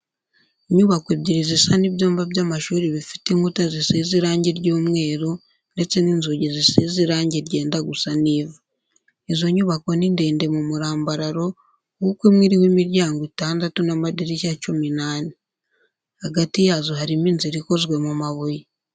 Inyubako ebyiri zisa n'ibyumba by'amashuri bifite inkuta zisize irange ry'umweru ndetse n'inzugi zisize irange ryenda gusa n'ivu. Izo nyubako ni ndende mu murambararo kuko imwe iriho imiryango itandatu n'amadirishya cumi n'ane. Hagati yazo harimo inzira ikozwe mu mabuye.